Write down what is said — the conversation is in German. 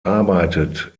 arbeitet